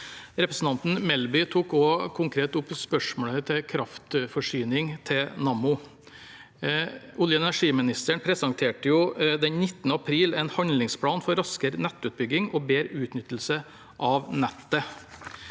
Representanten Melby tok også opp et konkret spørsmål om kraftforsyning til Nammo. Olje- og energiministeren presenterte den 19. april en handlingsplan for raskere nettutbygging og bedre utnyttelse av nettet,